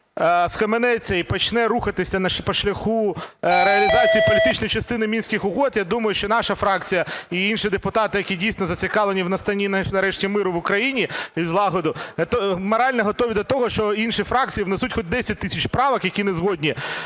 схаменеться і почне рухатися по шляху реалізації політичної частини Мінських угод, я думаю, що наша фракція і інші депутати, які дійсно зацікавлені в настанні нарешті миру в Україні і злагоди, морально готові до того, що інші фракції внесуть хоч 10 тисяч правок, які не згодні